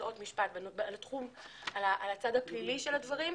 והוצאות משפט על הצד הפלילי של הדברים.